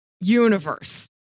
universe